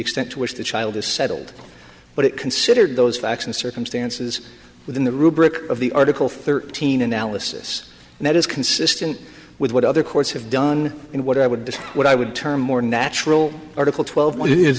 extent to which the child is settled but it considered those facts and circumstances within the rubric of the article thirteen analysis and that is consistent with what other courts have done in what i would describe what i would term more natural article twelve is